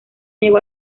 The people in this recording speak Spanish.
llegó